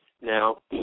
Now